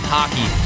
Hockey